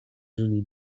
żyli